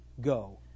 go